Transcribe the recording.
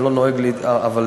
אני לא נוהג להתערב,